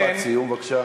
משפט סיום, בבקשה.